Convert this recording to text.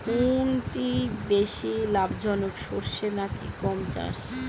কোনটি বেশি লাভজনক সরষে নাকি গম চাষ?